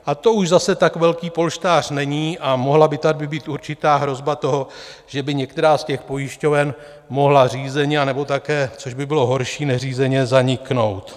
A to už zase tak velký polštář není a mohla by být určitá hrozba toho, že by některá z těch pojišťoven mohla řízeně, anebo také, což by bylo horší, neřízeně zaniknout.